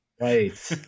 Right